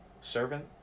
servant